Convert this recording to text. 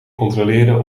controleren